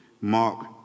Mark